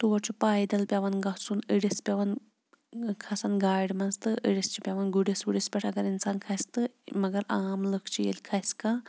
تور چھُ پایدَل پٮ۪وان گژھُن أڑِس پٮ۪وان کھسان گاڑِ منٛز تہٕ أڑِس چھِ پٮ۪وان گُرِس وُرِس پٮ۪ٹھ اگر اِنسان کھَسہِ تہٕ مگر عام لٕکھ چھِ ییٚلہِ کھَسہِ کانٛہہ